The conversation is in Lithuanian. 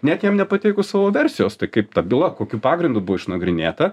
net jam nepateikus savo versijos tai kaip ta byla kokiu pagrindu buvo išnagrinėta